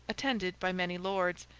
attended by many lords.